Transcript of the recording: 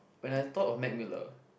when I thought of Mac Miller